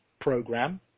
program